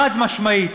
חד-משמעית.